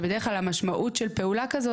בדרך כלל המשמעות של פעולה כזו,